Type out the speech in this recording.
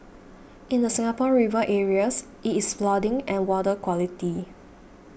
in the Singapore River areas it is flooding and water quality